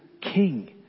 King